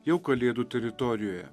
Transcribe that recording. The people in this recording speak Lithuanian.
jau kalėdų teritorijoje